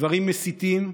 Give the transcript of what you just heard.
דברים מסיתים.